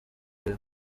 iyo